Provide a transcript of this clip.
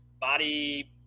Body